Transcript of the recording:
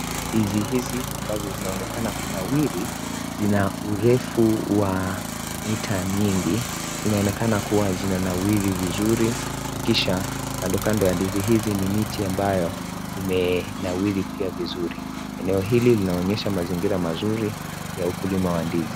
Ndizi hizi ambazo zinaonekana kunawiri zina urefu wa mita nyingi. Inaonekana kuwa zinanawiri vizuri na kisha kando kando ya ndizi hizi ni miti ambayo imenawiri pia vizuri. Eneo hili linaonyesha mazingira mazuri ya ukulima wa ndizi.